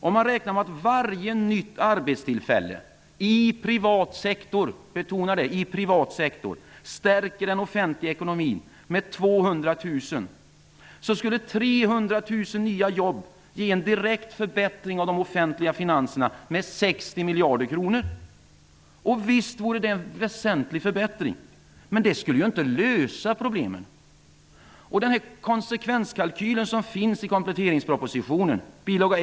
Om man räknar med att varje nytt arbetstillfälle i privat sektor -- jag vill betona det -- stärker den offentliga ekonomin med 200 000 kr, skulle 300 000 nya jobb ge en direkt förbättring av de offentliga finanserna med 60 miljarder kronor. Visst vore det en väsentlig förbättring, men det skulle inte lösa problemen. Den konsekvenskalkyl som finns i kompletteringspropositionen, bil.